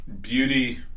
beauty